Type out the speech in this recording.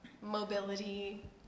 mobility